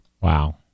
Wow